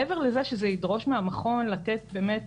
מעבר לזה שזה ידרוש מהמכון לתת באמת